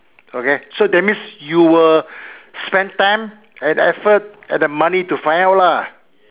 okay so that means you will spend time and effort and the money to find out lah